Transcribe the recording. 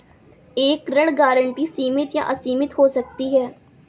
एक ऋण गारंटी सीमित या असीमित हो सकती है